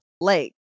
lake